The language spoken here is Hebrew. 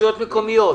רשויות מקומיות,